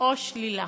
או שלילה.